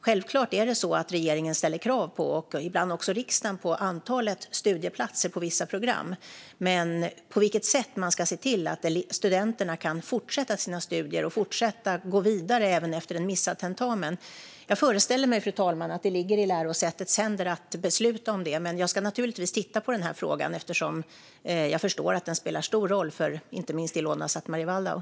Självklart ställer regeringen och ibland också riksdagen krav på antalet studieplatser på vissa program, men på vilket sätt man ska se till att studenterna kan fortsätta sina studier och gå vidare även efter en missad tentamen föreställer jag mig, fru talman, ligger i lärosätets händer att besluta om. Men jag ska naturligtvis titta på den här frågan eftersom jag förstår att den spelar stor roll för inte minst Ilona Szatmari Waldau.